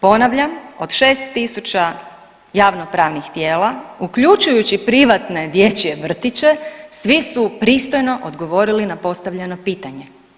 Ponavljam od 6.000 javnopravnih tijela, uključujući privatne dječje vrtiće svi su pristojno odgovorili na postavljeno pitanje.